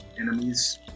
enemies